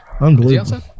Unbelievable